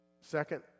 Second